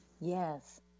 yes